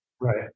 Right